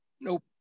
Nope